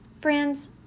Friends